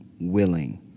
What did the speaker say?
willing